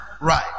Right